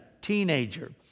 teenager